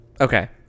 okay